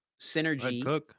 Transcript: Synergy